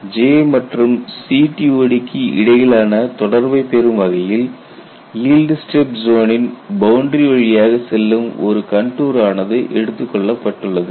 J மற்றும் CTOD க்கு இடையிலான தொடர்பை பெரும் வகையில் ஈல்ட் ஸ்ட்ரிப் ஜோனின் பவுண்டரி வழியாக செல்லும் ஒரு கண்டூர் ஆனது எடுத்துக் கொள்ளப்பட்டுள்ளது